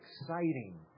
exciting